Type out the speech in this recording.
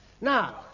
Now